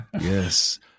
Yes